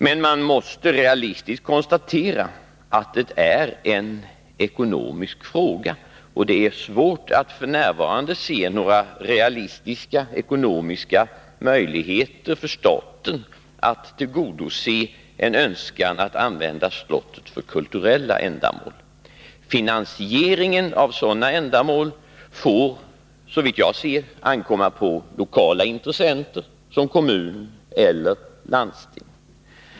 Men man måste realistiskt konstatera att det är en ekonomisk fråga, och det är svårt att f. n. se några realistiska ekonomiska möjligheter för staten att tillgodose en önskan att använda slottet för kulturella ändamål. Finansieringen av sådana ändamål får, så vitt jag kan se, ankomma på lokala intressenter som kommun eller landsting.